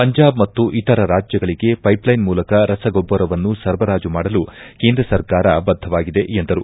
ಪಂಜಾಬ್ ಮತ್ತು ಇತರ ರಾಜ್ಯಗಳಿಗೆ ಪೈಪ್ಲ್ಲೆನ್ ಮೂಲಕ ರಸಗೊಬ್ಬರವನ್ನು ಸರಬರಾಜು ಮಾಡಲು ಕೇಂದ್ರ ಸರ್ಕಾರ ಬದ್ದವಾಗಿದೆ ಎಂದರು